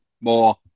more